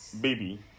baby